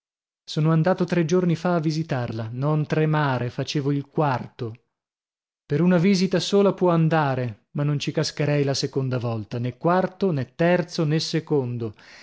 sono andato tre giorni fa a visitarla non tremare facevo il quarto per una visita sola può andare ma non ci cascherei la seconda volta nè quarto nè terzo nè secondo